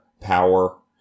power